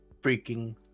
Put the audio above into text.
freaking